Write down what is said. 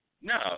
No